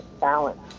balance